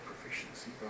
proficiency